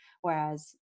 Whereas